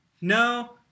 No